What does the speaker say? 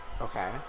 Okay